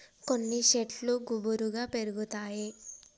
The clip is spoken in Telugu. కొన్ని శెట్లు గుబురుగా పెరుగుతాయి